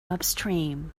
upstream